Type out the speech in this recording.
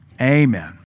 Amen